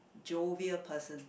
jovial person